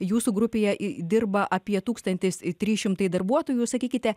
jūsų grupėje dirba apie tūkstantis trys šimtai darbuotojų sakykite